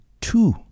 two